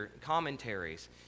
commentaries